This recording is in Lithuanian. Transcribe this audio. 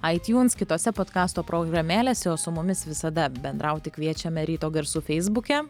aitiūns kitose podkasto programėlėse o su mumis visada bendrauti kviečiame ryto garsų feisbuke